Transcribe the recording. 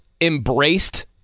embraced